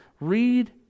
Read